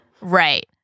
Right